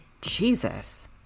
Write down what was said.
Jesus